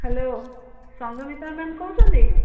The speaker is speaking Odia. ହ୍ୟାଲୋ ସଂଘମିତ୍ରା ମ୍ୟାମ୍ କହୁଛନ୍ତି